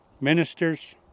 ministers